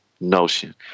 notion